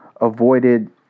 avoided